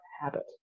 habit